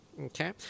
Okay